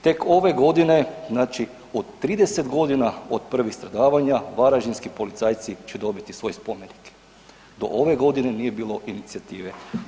Tek ove godine, znači od 30.g. od prvih stradavanja varaždinski policajci će dobiti svoj spomenik, do ove godine nije bilo inicijative.